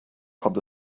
kommt